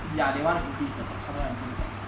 ya they want to increase the tax 他们要 increase the tax